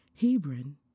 Hebron